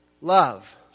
Love